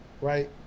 right